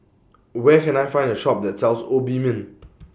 Where Can I Find The Shop that sells Obimin